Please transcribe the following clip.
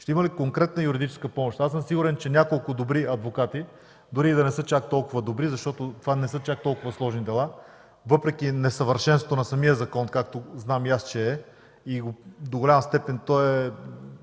Ще има ли конкретна юридическа помощ? Аз съм сигурен, че няколко добри адвокати, дори и да не са чак толкова добри, защото това не са чак толкова сложни дела, въпреки несъвършенството на самия закон, както знам и аз, че е, и до голяма степен той е